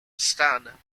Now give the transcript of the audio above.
stan